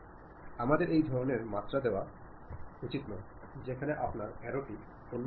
രണ്ട് ആളുകൾക്കും തമ്മിൽ മനസ്സിലാകാവുന്ന ഒരു ഭാഷ ഉപയോഗിക്കുന്നതിൽ വ്യക്തതയുണ്ടാവണം